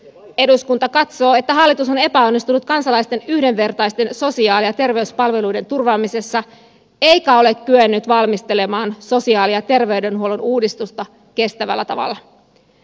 eduskunta katsoo että hallitus on epäonnistunut kansalaisten yhdenvertaisten sosiaali ja terveyspalveluiden turvaamisessa eikä ole kyennyt valmistelemaan sosiaali ja terveydenhuollon uudistusta kestävällä tavalla